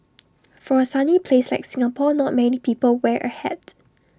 for A sunny place like Singapore not many people wear A hat